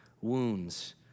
Wounds